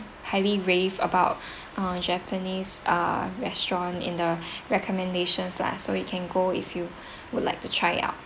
highly rave about uh japanese uh restaurant in the recommendations lah so we can go if you would like to try it out